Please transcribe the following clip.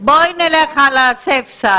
נלך על הצד הבטוח,